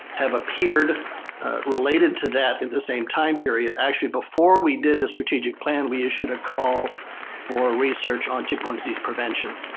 appeared related to that in the same time period. actually before we did the strategic plan, we issued a call for research on tick-borne disease prevention.